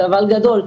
ואבל גדול,